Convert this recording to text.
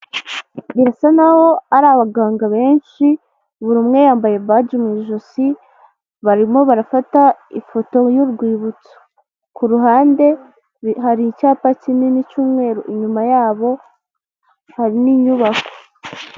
Birasa naho ari abaganga benshi buri umwe yambaye badi mu ijosi, barimo barafata ifoto y'urwibutso, ku ruhande hari icyapa kinini cy'umweru, inyuma yabo hari n'inyubako.